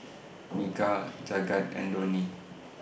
Milkha Jagat and Dhoni